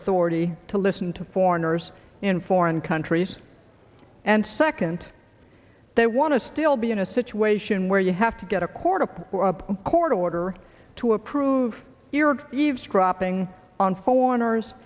authority to listen to foreigners in foreign countries and second they want to still be in a situation where you have to get a court of court order to approve your eavesdropping on foreigners